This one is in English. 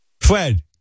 Fred